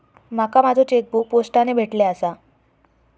माका माझो चेकबुक पोस्टाने भेटले आसा